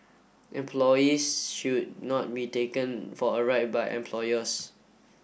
employees should not be taken for a ride by employers